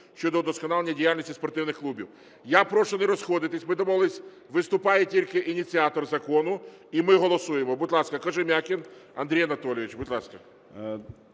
щодо удосконалення діяльності спортивних клубів. Я прошу не розходитись, ми домовились виступає тільки ініціатор закону і ми голосуємо. Будь ласка, Кожем'якін Андрій Анатолійович. Будь ласка.